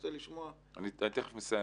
אני תיכף מסיים.